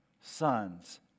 sons